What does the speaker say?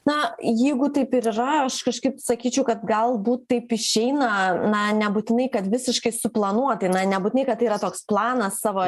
na jeigu taip ir yra aš kažkaip sakyčiau kad galbūt taip išeina na nebūtinai kad visiškai suplanuoti na nebūtinai kad tai yra toks planas savo